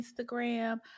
Instagram